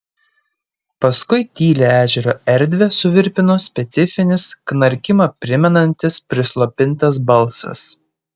paskui tylią ežero erdvę suvirpino specifinis knarkimą primenantis prislopintas balsas